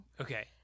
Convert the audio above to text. Okay